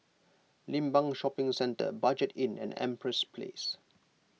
Limbang Shopping Centre Budget Inn and Empress Place